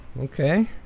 okay